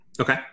Okay